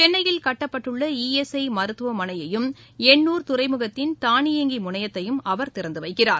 சென்னையில் கட்டப்பட்டுள்ளஈ S I மருத்துவமனையையும் என்னுா் துறைமுகத்தின் தானியங்கிமுனையத்தையும் அவர் திறந்துவைக்கிறார்